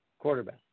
quarterback